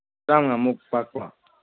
ꯇꯔꯥꯃꯉꯥꯃꯨꯛ ꯄꯥꯛꯄ